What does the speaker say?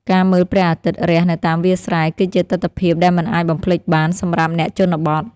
ការមើលព្រះអាទិត្យរះនៅតាមវាលស្រែ គឺជាទិដ្ឋភាពដែលមិនអាចបំភ្លេចបានសម្រាប់អ្នកជនបទ។